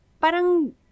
parang